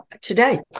today